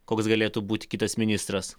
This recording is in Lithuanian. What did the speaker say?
koks galėtų būti kitas ministras